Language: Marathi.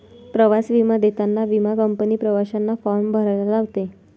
प्रवास विमा देताना विमा कंपनी प्रवाशांना फॉर्म भरायला लावते